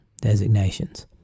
designations